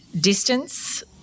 distance